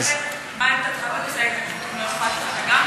אז לכן, מה עמדתך בנושא ההתנגדות, אם לא אכפת לך?